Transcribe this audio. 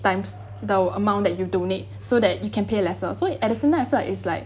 times the amount that you donate so that you can pay lesser so at the same time I felt is like